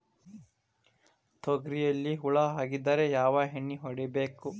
ತೊಗರಿಯಲ್ಲಿ ಹುಳ ಆಗಿದ್ದರೆ ಯಾವ ಎಣ್ಣೆ ಹೊಡಿಬೇಕು?